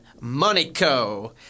Monaco